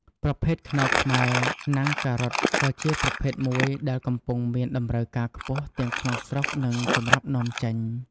ប្រភេទខ្នុរខ្មែរណាំងការ៉ុតក៏ជាប្រភេទមួយដែលកំពុងមានតម្រូវការខ្ពស់ទាំងក្នុងស្រុក និងសម្រាប់នាំចេញ។